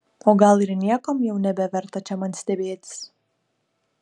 o gal ir niekuom jau nebeverta čia man stebėtis